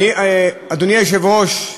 אדוני היושב-ראש,